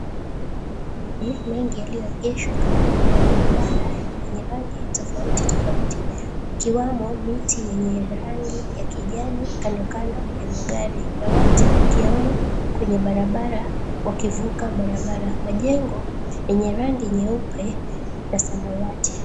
Mengi yaliyoegeshwa kando kando ya barabara yenye rangi tofauti tofauti, ikiwamo miti yenye rangi ya kijani kandokando ya magari ya watu kiama kwenye barabara wakivuka barabara. Majengo yenye rangi nyeupe na samawati.